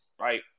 right